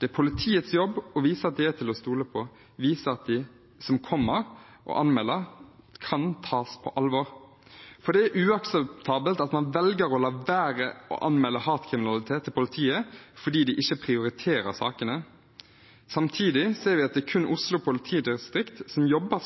Det er politiets jobb å vise at de er til å stole på, vise at de som kommer og anmelder, tas på alvor. Det er uakseptabelt at man velger å la være å anmelde hatkriminalitet til politiet fordi de ikke prioriterer sakene. Samtidig ser vi at det er kun Oslo politidistrikt som jobber